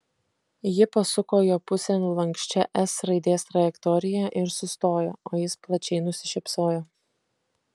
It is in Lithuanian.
ji pasuko jo pusėn lanksčia s raidės trajektorija ir sustojo o jis plačiai nusišypsojo